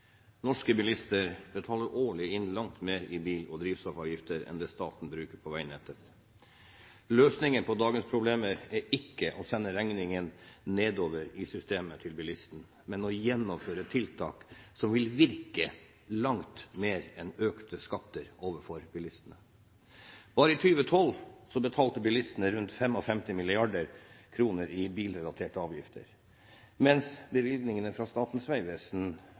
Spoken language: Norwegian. Norske bilister betaler årlig inn langt mer i bil- og drivstoffavgifter enn det staten bruker på veinettet. Løsningen på dagens problemer er ikke å sende regningen nedover i systemet til bilistene, men å gjennomføre tiltak som vil virke langt bedre enn økte skatter overfor bilistene. Bare i 2012 vil bilistene betale rundt 55 mrd. kr i bilrelaterte avgifter, mens bevilgningene til Statens vegvesen